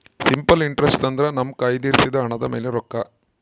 simple interest ಅಂದ್ರೆ ನಮ್ಮ ಕಯ್ದಿರಿಸಿದ ಹಣದ ಮೇಲಿನ ರೊಕ್ಕ